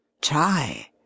Try